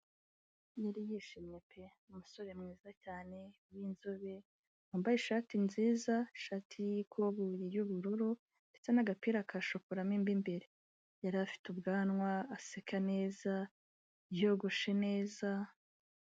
Yari yishimye pe umusore mwiza cyane w'inzobe wambaye ishati nziza shati y'ikoboyi y'ubururu ndetse n'agapira ka shokoramo imbere, yari afite ubwanwa aseka neza, yogoshe neza.